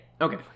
Okay